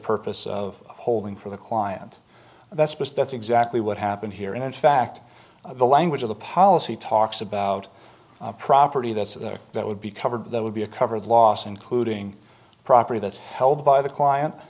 purpose of holding for the client that's because that's exactly what happened here and in fact the language of the policy talks about property that's there that would be covered there would be a cover of loss including property that's held by the client